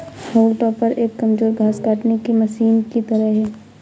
हाउल टॉपर एक कमजोर घास काटने की मशीन की तरह है